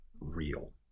real